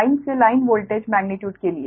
line से line voltage magnitude के लिए